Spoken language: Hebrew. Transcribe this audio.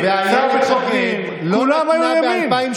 תיתן לו כל מה שהוא רוצה בוועדת חריגים.